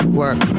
work